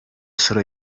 sıra